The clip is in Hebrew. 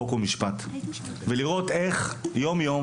חוק ומשפט ולראות איך יום יום,